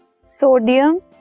sodium